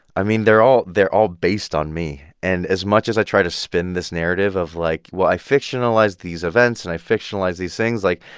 i mean, they're all they're all based on me and as much as i try to spin this narrative of like, well, i fictionalized these events and i fictionalized these things like,